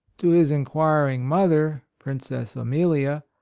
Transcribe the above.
to his inquiring mother, princess amelia,